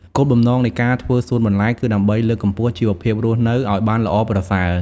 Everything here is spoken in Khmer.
គោលបំណងនៃការធ្វើសួនបន្លែ គឺដើម្បីលើកកម្ពស់ជីវភាពរស់នៅឱ្យបានល្អប្រសើរ។